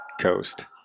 coast